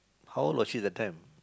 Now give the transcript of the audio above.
how long actually the time